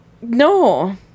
No